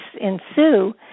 ensue